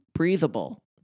Breathable